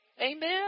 Amen